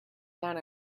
down